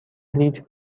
لیتر